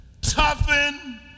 Toughen